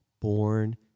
born